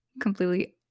completely